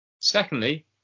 Secondly